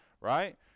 right